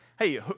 Hey